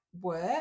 work